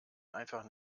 einfach